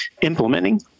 implementing